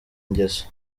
ngeso